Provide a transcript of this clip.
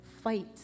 Fight